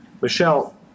Michelle